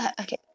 Okay